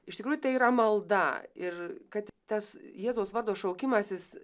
iš tikrųjų tai yra malda ir kad tas jėzaus vardo šaukimasis